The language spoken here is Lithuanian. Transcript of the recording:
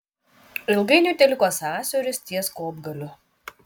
ilgainiui teliko sąsiauris ties kopgaliu